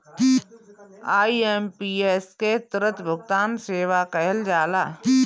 IMPS के त्वरित भुगतान सेवा कहल जाला